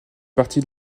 parties